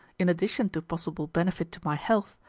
in addition to possible benefit to my health,